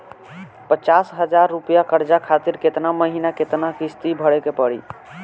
पचास हज़ार रुपया कर्जा खातिर केतना महीना केतना किश्ती भरे के पड़ी?